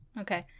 Okay